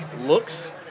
looks